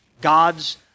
God's